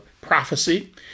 prophecy